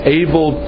able